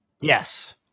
Yes